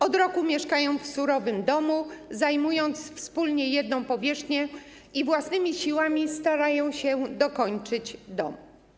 Od roku mieszkają w surowym domu, zajmując wspólnie jedną powierzchnię, i własnymi siłami starają się dokończyć dom.